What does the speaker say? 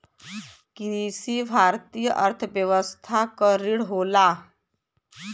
कृषि भारतीय अर्थव्यवस्था क रीढ़ होला